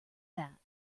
that